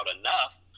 enough